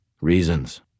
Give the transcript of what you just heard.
Reasons